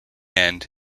end